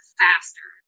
faster